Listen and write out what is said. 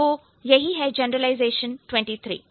तो यह जनरलाइजेशन 23 होता है